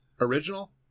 original